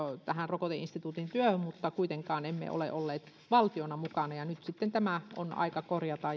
tähän rokoteinstituutin työhön mutta kuitenkaan emme ole olleet valtiona mukana ja nyt on sitten aika tämä korjata